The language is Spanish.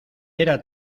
era